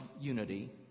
unity